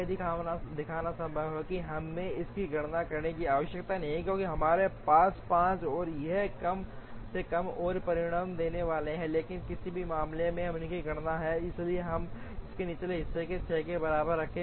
यह दिखाना संभव है कि हमें इसकी गणना करने की आवश्यकता नहीं है क्योंकि हमारे पास 5 और है यह कम से कम एक और परिणाम देने वाला है लेकिन किसी भी मामले में हमने इसकी गणना की है इसलिए हम इस निचले हिस्से को 6 के बराबर रखें